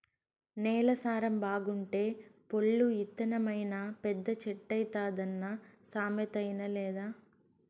నేల సారం బాగుంటే పొల్లు ఇత్తనమైనా పెద్ద చెట్టైతాదన్న సామెత ఇనలేదా